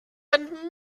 and